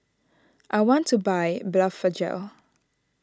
I want to buy Blephagel